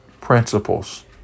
principles